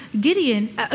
Gideon